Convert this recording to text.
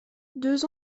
deux